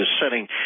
setting